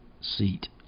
seat